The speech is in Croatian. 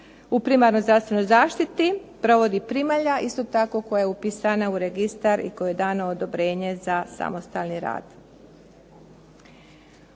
u primarnoj zdravstvenoj zaštiti, provodi primalja isto tako koja je upisana u registar i kojoj je dano odobrenje za samostalni rad.